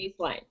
baseline